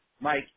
Mike